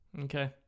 Okay